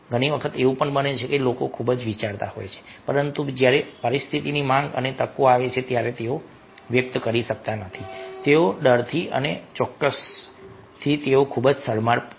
ઘણી વખત એવું બને છે કે લોકો ખૂબ જ વિચારતા હોય છે પરંતુ જ્યારે પરિસ્થિતિની માંગ અને તકો આવે છે ત્યારે તેઓ વ્યક્ત કરી શકતા નથી તેઓ ડરથી અથવા ચોક્કસથી તેઓ ખૂબ શરમાળ બની જાય છે